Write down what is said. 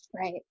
Right